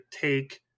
take